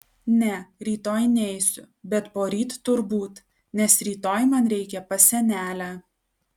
ne rytoj neisiu bet poryt turbūt nes rytoj man reikia pas senelę